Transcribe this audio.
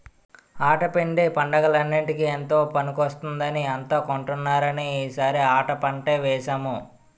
ఆటా పిండి పండగలన్నిటికీ ఎంతో పనికొస్తుందని అంతా కొంటున్నారని ఈ సారి ఆటా పంటే వేసాము